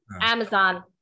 Amazon